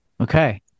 Okay